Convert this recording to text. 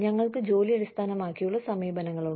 ഞങ്ങൾക്ക് ജോലി അടിസ്ഥാനമാക്കിയുള്ള സമീപനങ്ങളുണ്ട്